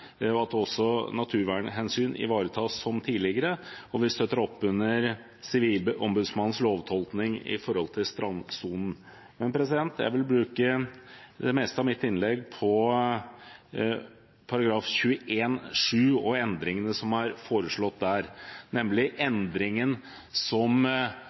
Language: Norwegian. og at også naturvernhensyn ivaretas som tidligere, og vi støtter opp under Sivilombudsmannens lovtolkning når det gjelder strandsonen. Jeg vil bruke det meste av mitt innlegg på § 21-7 og endringene som er foreslått der, nemlig endringer som